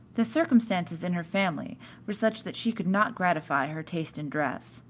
the circumstances in her family were such that she could not gratify her taste in dress.